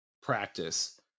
practice